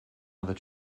other